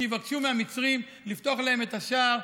שיבקשו מהמצרים לפתוח להם את השער,